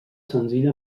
senzill